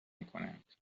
میکنند